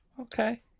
okay